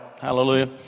Hallelujah